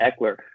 Eckler